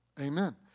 Amen